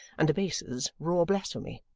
and the basses roar blasphemy.